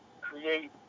create